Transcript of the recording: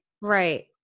right